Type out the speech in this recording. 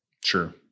Sure